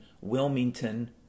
Wilmington